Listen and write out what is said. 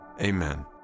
Amen